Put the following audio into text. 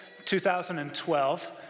2012